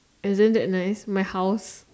isn't that nice my house